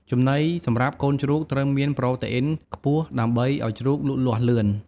ចំណីសម្រាប់កូនជ្រូក ត្រូវមានប្រូតេអ៊ីនខ្ពស់ដើម្បីឲ្យជ្រូកលូតលាស់លឿន។